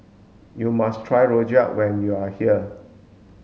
you must try rojak when you are here